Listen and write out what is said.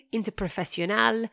Interprofessionnel